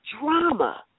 drama